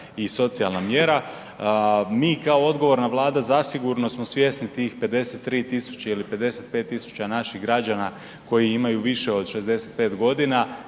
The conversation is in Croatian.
i socijalna mjera. Mi kao odgovorna Vlada zasigurno smo svjesni tih 53 000 ili 55 000 naših građana koji imaju više od 65 g.,